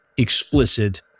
explicit